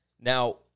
Now